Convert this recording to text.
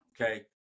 Okay